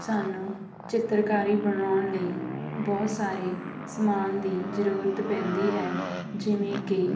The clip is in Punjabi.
ਸਾਨੂੰ ਚਿੱਤਰਕਾਰੀ ਬਣਾਉਣ ਲਈ ਬਹੁਤ ਸਾਰੇ ਸਮਾਨ ਦੀ ਜ਼ਰੂਰਤ ਪੈਂਦੀ ਹੈ ਜਿਵੇਂ ਕਿ